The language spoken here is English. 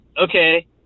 okay